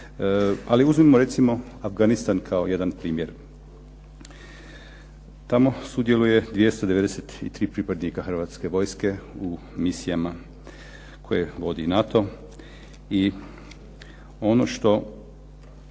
Ali uzmimo recimo Afganistan kao jedan primjer. Tamo sudjeluje 293 pripadnika Hrvatske vojske u misijama koje vodi NATO. I ono što